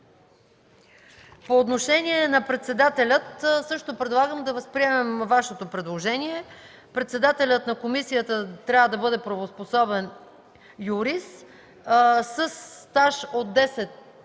По отношение на председателя също предлагам да възприемем Вашето предложение: „Председателят на комисията трябва да бъде правоспособен юрист със стаж от 10